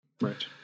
Right